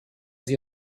sie